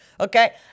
okay